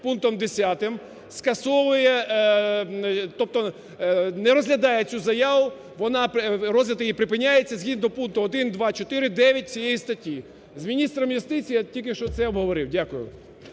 пунктом 10, скасовує, тобто не розглядає цю заяву, розгляд її припиняється згідно пункт 1, 2, 4, 9 цієї статті. З міністром юстиції я тільки що це обговорив. Дякую.